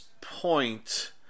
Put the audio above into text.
point